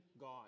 God